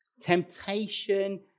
Temptation